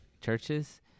churches